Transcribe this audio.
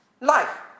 life